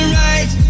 right